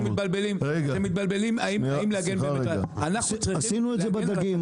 מתבלבלים האם להגן --- עשינו את זה בדגים,